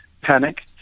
panic